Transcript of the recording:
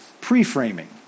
Pre-framing